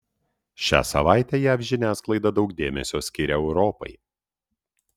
šią savaitę jav žiniasklaida daug dėmesio skiria europai